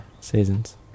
seasons